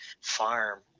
farm